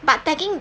but tagging